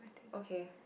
okay